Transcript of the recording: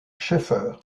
scheffer